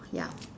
ya